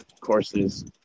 courses